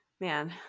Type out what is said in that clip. man